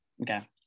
Okay